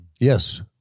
Yes